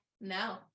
No